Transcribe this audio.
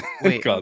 Wait